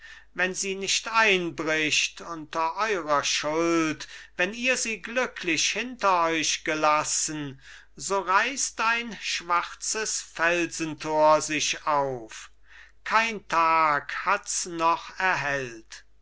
wenn sie nicht einbricht unter eurer schuld wenn ihr sie glücklich hinter euch gelassen so reisst ein schwarzes felsentor sich auf kein tag hat's noch erhellt